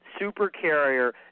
supercarrier